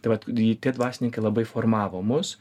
tai vat tie dvasininkai labai formavo mus